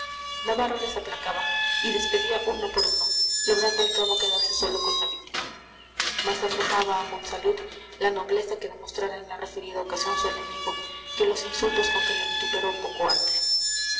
navarro les aplacaba y despedía uno por uno logrando al cabo quedarse solo con la víctima más abrumaba a monsalud la nobleza que demostrara en la referida ocasión su enemigo que los insultos con que le vituperó poco antes